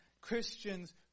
Christians